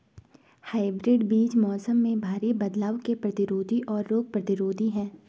hybrid बीज मौसम में भारी बदलाव के प्रतिरोधी और रोग प्रतिरोधी हैं